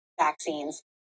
vaccines